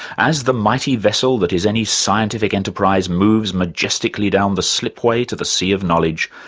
as the mighty vessel that is any scientific enterprise moves majestically down the slipway to the sea of knowledge,